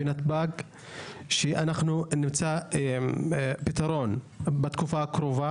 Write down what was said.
בנתב"ג שאנחנו נמצא פתרון בתקופה הקרובה